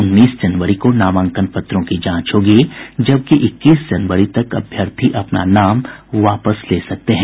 उन्नीस जनवरी को नामांकन पत्रों की जांच होगी जबकि इक्कीस जनवरी तक अभ्यर्थी अपना नाम वापस ले सकते हैं